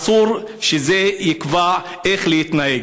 אסור שזה יקבע איך להתנהג.